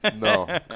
no